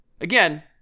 Again